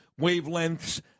Wavelengths